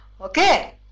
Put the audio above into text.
okay